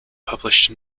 published